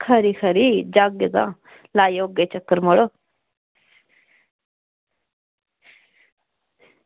खरी खरी जाह्गे तां लाई औगे चक्कर मड़ो